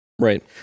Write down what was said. Right